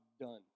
done